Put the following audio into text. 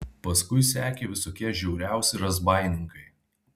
paskui sekė visokie žiauriausi razbaininkai